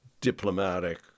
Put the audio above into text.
diplomatic